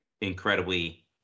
incredibly